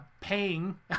paying